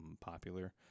popular